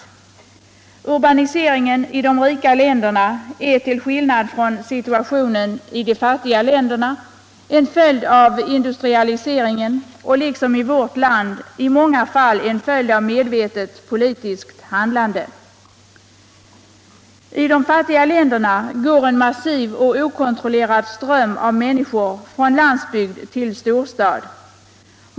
Urbaniseringen i de rika länderna är till skillnad från situationen i de fattiga länderna en följd av industrialiseringen och liksom i vårt land i många fall en följd av medvetet politiskt handlande. | I de fattiga länderna går en massiv och okontrollerud ström av människor från landsbygd till storstad.